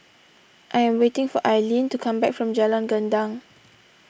I am waiting for Ailene to come back from Jalan Gendang